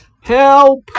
Help